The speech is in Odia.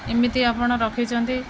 ଏମିତି ଆପଣ ରଖିଛନ୍ତି